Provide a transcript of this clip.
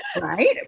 right